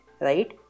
Right